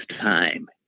time